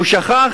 הוא שכח